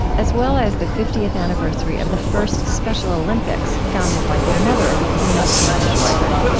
as well as the fiftieth anniversary of the first special olympics, founded by her mother, eunice kennedy shriver.